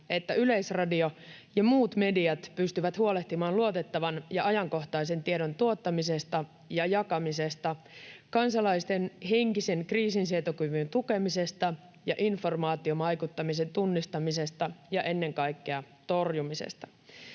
että Yleisradio ja muut mediat pystyvät huolehtimaan luotettavan ja ajankohtaisen tiedon tuottamisesta ja jakamisesta, kansalaisten henkisen kriisinsietokyvyn tukemisesta ja informaatiovaikuttamisen tunnistamisesta ja ennen kaikkea torjumisesta”.